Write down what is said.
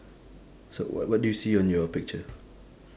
so what what do you see on your picture